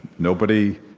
nobody,